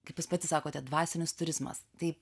kaip jūs pati sakote dvasinis turizmas tai